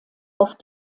auf